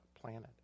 planet